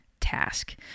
task